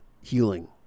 healing